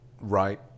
right